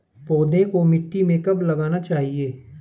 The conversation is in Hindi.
पौधे को मिट्टी में कब लगाना चाहिए?